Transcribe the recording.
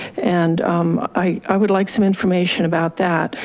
and i would like some information about that.